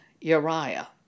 Uriah